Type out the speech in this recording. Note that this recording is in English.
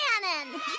cannon